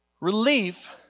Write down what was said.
relief